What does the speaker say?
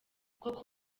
koko